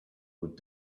would